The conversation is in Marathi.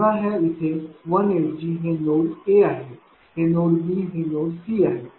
समजा ह्या इथे 1 ऐवजी हे नोड A आहे हे नोड B आणि हे नोड C आहे